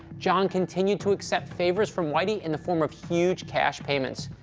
john continued to accept favors from whitey in the form of huge cash payments.